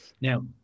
Now